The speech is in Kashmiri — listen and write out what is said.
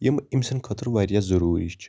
یِم أمۍ سٕندۍ خٲطرٕ واریاہ ضروٗری چھِ